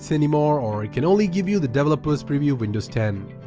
anymore or it can only give you the developers preview windows ten,